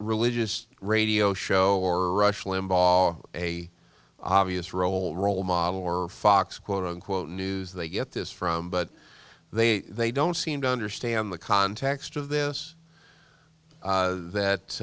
religious radio show or rush limbaugh a obvious role role model or fox quote unquote news they get this from but they they don't seem to understand the context of this